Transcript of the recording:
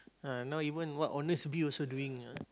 ah now even what honestbee also doing ah